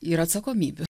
ir atsakomybių